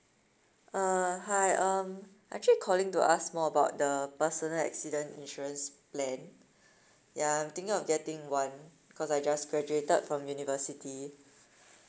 uh hi um I actually calling to ask more about the personal accident insurance plan ya I'm thinking of getting one because I just graduated from university